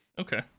Okay